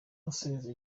asubiza